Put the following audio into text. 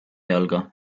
jalga